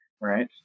right